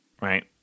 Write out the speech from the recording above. right